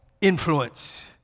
influence